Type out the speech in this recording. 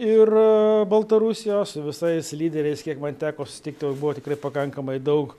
ir baltarusijos visais lyderiais kiek man teko susitikti buvo tikrai pakankamai daug